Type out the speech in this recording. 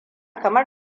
kamar